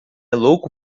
louco